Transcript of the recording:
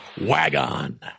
WagOn